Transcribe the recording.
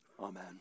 Amen